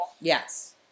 Yes